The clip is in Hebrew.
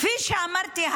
כפי שאמרתי,